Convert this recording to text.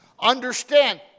Understand